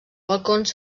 balcons